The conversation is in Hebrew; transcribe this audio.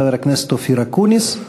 חבר הכנסת אופיר אקוניס.